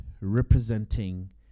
representing